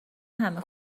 همه